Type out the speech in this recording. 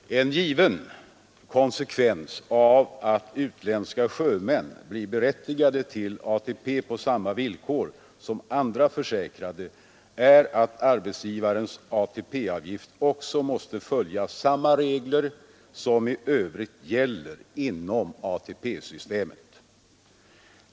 En given konsekvens av att utländska sjömän blir berättigade till ATP på samma villkor som andra försäkrade är att arbetsgivarens ATP-avgift också måste följa samma regler som i övrigt gäller inom ATP-systemet.